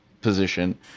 position